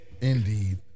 Indeed